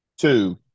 Two